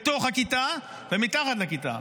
בתוך הכיתה ומתחת לכיתה.